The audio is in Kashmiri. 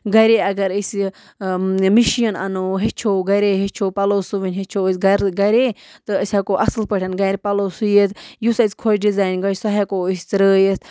گَرے اَگَر أسۍ مِشیٖن اَنو ہیٚچھو گَرے ہیٚچھو پَلو سُوٕنۍ ہیٚچھو أسۍ گَرٕ گَرے تہٕ أسۍ ہیٚکو اَصٕل پٲٹھۍ گَرِ پَلو سُیِتھ یُس اَسہِ خۄش ڈِزایِن گَژھِ سُہ ہٮ۪کو أسۍ ترٲیِتھ